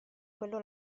quello